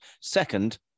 Second